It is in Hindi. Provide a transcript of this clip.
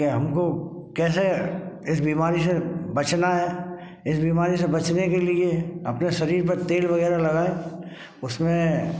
कि हमको कैसे इस बीमारी से बचना है इस बीमारी से बचने के लिए अपने शरीर पर तेल वगैरह लगाएँ उसमें